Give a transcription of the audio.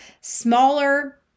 smaller